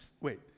wait